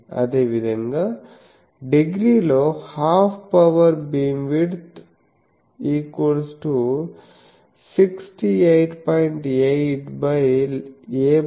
అదేవిధంగా డిగ్రీలో half power బీమ్విడ్త్డిగ్రీలలో 68